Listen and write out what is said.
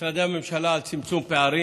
ובמשרדי הממשלה, על צמצום פערים,